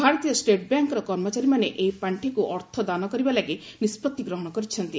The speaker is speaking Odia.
ଭାରତୀୟ ଷ୍ଟେଟ୍ ବ୍ୟାଙ୍କ୍ର କର୍ମଚାରୀମାନେ ଏହି ପାଣ୍ଠିକୁ ଅର୍ଥ ଦାନ କରିବା ଲାଗି ନିଷ୍ପଭି ଗ୍ରହଣ କରିଛନ୍ତି